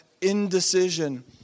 indecision